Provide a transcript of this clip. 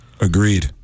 Agreed